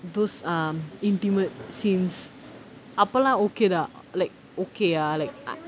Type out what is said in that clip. those um intimate scenes அப்பெல்லாம்:appellaam okay lah like okay ah like